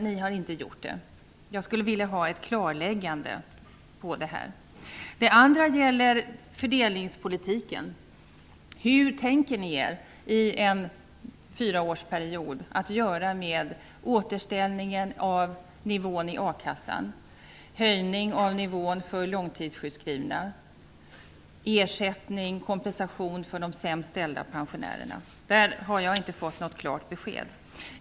Ni har inte gjort det. Jag skulle vilja ha ett klarläggande på den punkten. En annan sak gäller fördelningspolitiken. Hur tänker ni under en fyraårsperiod göra när det gäller återställande av nivån i a-kassan, höjning av nivån för långtidssjukskrivna samt ersättning och kompensation till de sämst ställda pensionärerna? Där har jag inte fått något klart besked.